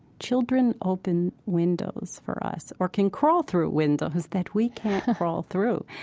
children open windows for us, or can crawl through windows that we can't crawl through,